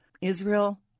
Israel